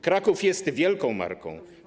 Kraków jest wielką marką.